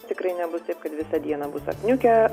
tikrai nebus taip kad visą dieną bus apniukę